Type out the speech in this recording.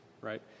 right